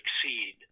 succeed